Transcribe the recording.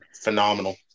phenomenal